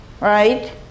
right